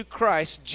Christ